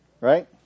right